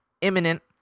imminent